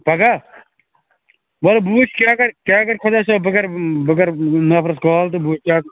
پَگاہ وَلہٕ بہٕ وُچھٕ کیٛاہ کَرِ کیٛاہ کَرِ خۄداے صٲب بہٕ کَرٕ بہٕ کَرٕ نَفرَس کال تہٕ بہٕ وُچھ کیٛاہ